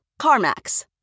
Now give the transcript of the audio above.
CarMax